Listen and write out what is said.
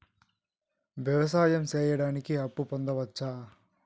వ్యవసాయం సేయడానికి అప్పు పొందొచ్చా?